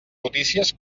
notícies